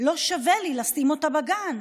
לא שווה לי לשים אותה בגן.